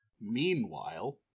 Meanwhile